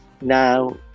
now